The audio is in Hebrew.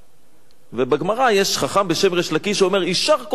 ובגמרא יש חכם בשם ריש לקיש שאומר: יישר כוחך ששיברת,